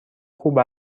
خوب